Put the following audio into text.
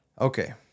Okay